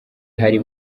hari